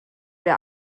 wer